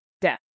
death